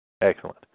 Excellent